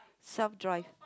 self drive